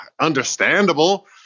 understandable